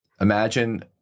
imagine